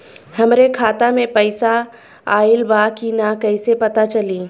हमरे खाता में पैसा ऑइल बा कि ना कैसे पता चली?